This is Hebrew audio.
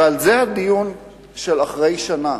ועל זה הדיון של אחרי שנה.